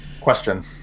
Question